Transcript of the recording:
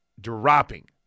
dropping